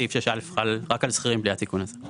סעיף 6א חל רק על שכירים בלי התיקון הזה.